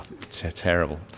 terrible